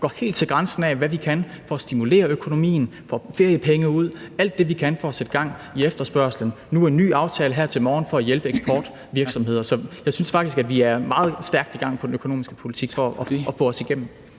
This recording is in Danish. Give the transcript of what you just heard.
går helt til grænsen af, hvad vi kan for at stimulere økonomien, vi får feriepengene ud og gør alt det, vi kan for at sætte gang i efterspørgslen – og nu med en ny aftale her til morgen for at hjælpe eksportvirksomheder. Så jeg synes faktisk, at vi er meget stærkt i gang med den økonomiske politik for at få os igennem.